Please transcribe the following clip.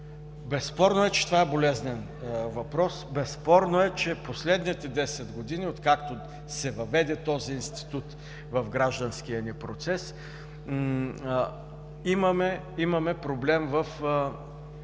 Безспорно е, че това е болезнен въпрос. Безспорно е, че последните десет години, откакто се въведе този институт в гражданския ни процес, имаме проблем в